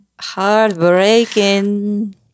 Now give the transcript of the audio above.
Heartbreaking